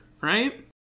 right